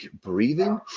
breathing